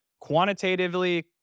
quantitatively